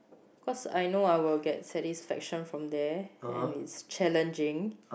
cause I know I will get satisfaction from there and it's challenging